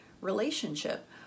relationship